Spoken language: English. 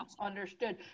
Understood